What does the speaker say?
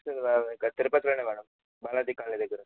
ఇక్కడ తిరుపతిలో madam Balaji colony దగ్గర